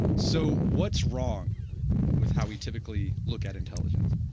so what's wrong with how we typically look at intelligence?